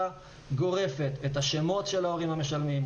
גורפת את השמות של ההורים המשלמים,